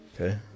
Okay